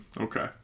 Okay